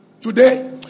Today